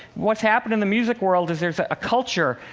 what's happened in the music world is there's a culture,